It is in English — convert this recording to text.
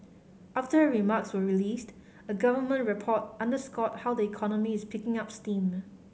after her remarks were released a government report underscored how the economy is picking up steam